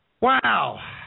Wow